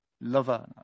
lover